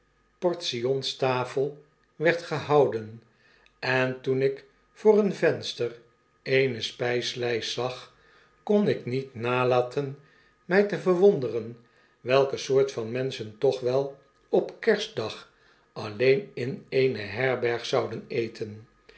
portions tafel werd gehouden en toen ik voor een venster eene spyslyst zag kon ik niet nalaten my te verwonderen welke soort van menschen toch wel op kerstdag alleen in eene herberg zouden eten